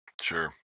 Sure